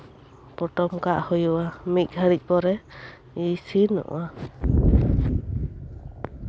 ᱯᱚᱴᱚᱢ ᱠᱟᱜ ᱦᱩᱭᱩᱜᱼᱟ ᱢᱤᱫ ᱜᱷᱟᱹᱲᱤᱡ ᱯᱚᱨᱮ ᱤᱥᱤᱱᱚᱜᱼᱟ